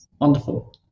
wonderful